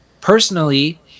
personally